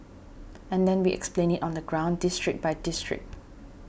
and then we explained it on the ground district by district